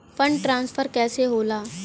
Fund transfer कैसे होला?